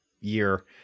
year